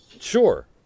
Sure